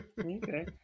okay